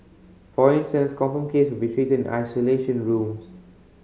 for instance confirmed case will be treated in isolation rooms